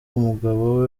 umugabo